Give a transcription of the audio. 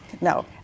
No